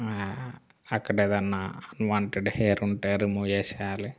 అక్కడ ఏదైనా unwanted hair ఉంటే రిమూవ్ చేసేయాలి